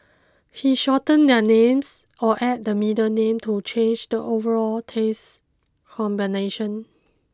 he shortens their names or adds the middle name to change the overall taste combination